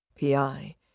PI